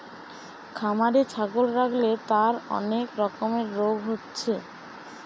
খামারে ছাগল রাখলে তার অনেক রকমের রোগ হচ্ছে